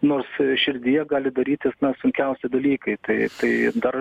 nors širdyje gali darytis na sunkiausi dalykai tai tai dar